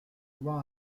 vois